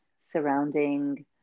surrounding